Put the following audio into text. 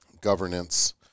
governance